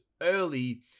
early